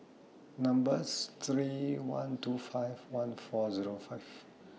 number's three one two five one four Zero five